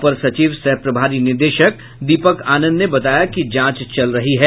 अपर सचिव सह प्रभारी निदेशक दीपक आनंद ने बताया कि जांच चल रही है